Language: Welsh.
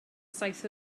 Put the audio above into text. saith